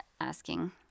asking